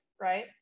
right